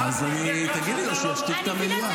--- תגידי לו שישתיק את המליאה.